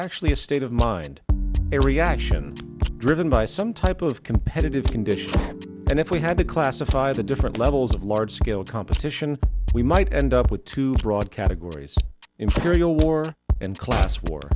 actually a state of mind a reaction driven by some type of competitive condition and if we had to classify the different levels of large scale competition we might end up with two broad categories imperial war and class war